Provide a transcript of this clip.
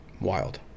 wild